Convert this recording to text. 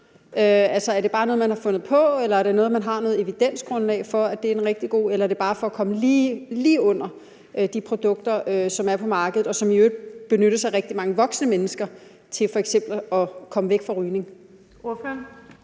Er det bare noget, man har fundet på, eller er det noget, man har noget evidensgrundlag for, eller er det bare for at komme lige under de produkter, som er på markedet, og som i øvrigt benyttes af rigtig mange voksne mennesker til f.eks. at komme væk fra rygning?